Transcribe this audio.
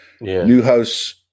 Newhouse